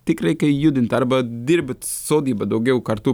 tikrai kai judint arba dirbit saugiai bet daugiau kartų